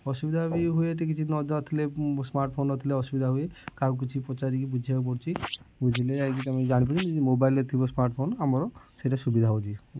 ଅସୁବିଧା ବି ହୁଏ ଏଠି କିଛି ନ ଧରିଥିଲେ ସ୍ମାର୍ଟ୍ ଫୋନ୍ ନ ଥିଲେ ଅସୁବିଧା ହୁଏ କାହାକୁ କିଛି ପଚାରି ବୁଝିବାକୁ ପଡ଼ୁଛି ବୁଝିଲେ ଯାଇକି ଜାଣିପାରିବ ମୋବାଇଲ୍ରେ ଥିବ ସ୍ମାର୍ଟ୍ ଫୋନ୍ ଆମର ସେଇଟା ସୁବିଧା ହେଉଛି